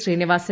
Sreenivasan